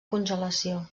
congelació